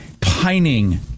pining